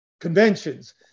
conventions